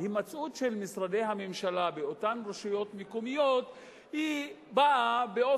ההימצאות של משרדי הממשלה באותן רשויות מקומיות היא מקרית,